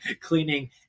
cleaning